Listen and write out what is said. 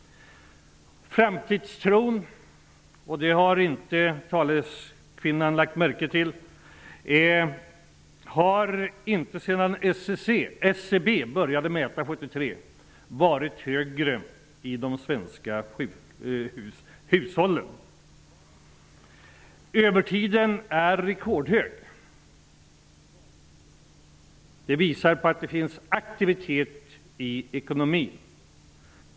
Framtidstron har inte varit högre i de svenska hushållen sedan SCB började mäta 1973. Det har inte den socialdemokratiska taleskvinnan lagt märke till. Övertiden är rekordhög. Det visar att det finns aktivitet i ekonomin.